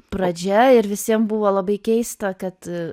pradžia ir visiem buvo labai keista kad